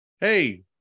Hey